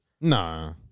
Nah